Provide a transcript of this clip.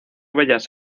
bellas